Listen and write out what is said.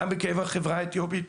גם בקרב החברה האתיופית.